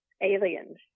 aliens